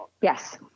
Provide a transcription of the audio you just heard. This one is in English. Yes